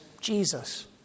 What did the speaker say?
Jesus